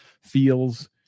feels